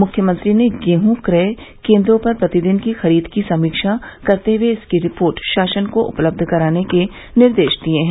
मुख्यमंत्री ने गेहूं क्रय केन्द्रों पर प्रतिदिन की खरीद की समीक्षा करते हुए इसकी रिपोर्ट शासन को उपलब्ध कराने के निर्देश दिये हैं